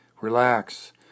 Relax